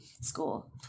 school